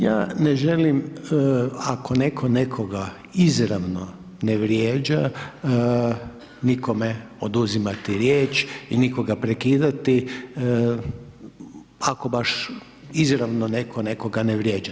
Ja ne želim, ako neko nekoga izravno ne vrijeđa nikome oduzimati riječ i nikoga prekidati, ako baš izravno neko nekoga ne vrijeđa.